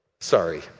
Sorry